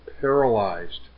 paralyzed